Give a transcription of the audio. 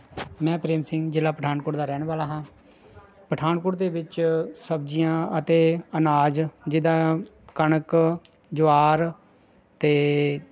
ਮੈਂ ਪ੍ਰੇਮ ਸਿੰਘ ਜ਼ਿਲ੍ਹਾ ਪਠਾਨਕੋਟ ਦਾ ਰਹਿਣ ਵਾਲਾ ਹਾਂ ਪਠਾਨਕੋਟ ਦੇ ਵਿੱਚ ਸਬਜ਼ੀਆਂ ਅਤੇ ਅਨਾਜ ਜਿੱਦਾਂ ਕਣਕ ਜਵਾਰ ਅਤੇ